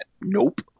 Nope